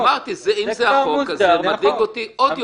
אמרתי שאם זה החוק, זה מדאיג אותי עוד יותר.